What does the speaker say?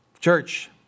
Church